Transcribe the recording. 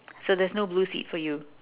so there is no blue seat for you